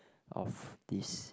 of this